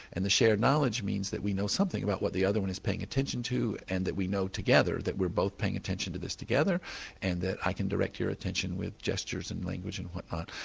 and the shared knowledge means that we know something about what the other one is paying attention to and that we know together that we're both paying attention to this together and that i can direct your attention with gestures and language and whatnot.